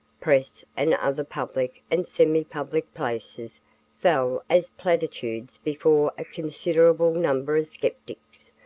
press and other public and semi-public places fell as platitudes before a considerable number of skeptics,